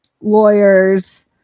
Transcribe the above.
lawyers